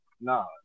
No